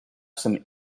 some